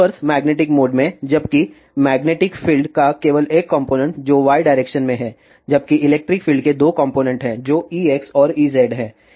transverse magnetic mode में जबकि magnetic field का केवल एक कॉम्पोनेन्ट जो y डायरेक्शन में है जबकि इलेक्ट्रिक फील्ड के दो कॉम्पोनेन्ट हैं जो Ex और Ez हैं